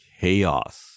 chaos